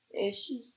Issues